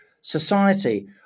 society